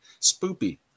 Spoopy